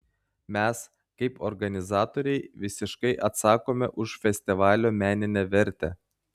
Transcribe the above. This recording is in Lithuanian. mes kaip organizatoriai visiškai atsakome už festivalio meninę vertę